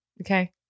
Okay